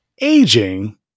aging